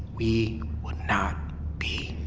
we would not be